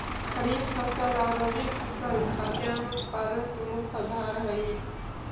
खरीफ फसल आउ रबी फसल खाद्यान्न उत्पादन के मुख्य आधार हइ